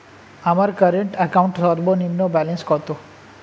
আমার current account সর্বনিম্ন balance কত?